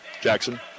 Jackson